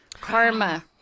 Karma